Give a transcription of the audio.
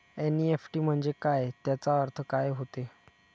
NEFT म्हंजे काय, त्याचा अर्थ काय होते?